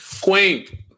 Queen